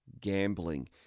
gambling